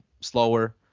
slower